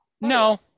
No